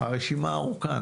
הרשימה ארוכה.